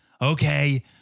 okay